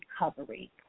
recovery